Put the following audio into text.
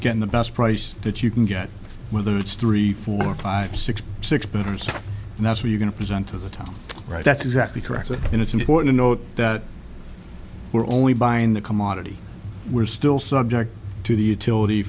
get the best price that you can get whether it's three four five six six batteries and that's where you're going to present to the town right that's exactly correct and it's important to note that we're only buying the commodity we're still subject to the utility